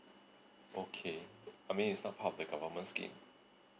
okay I mean is not part of the government scheme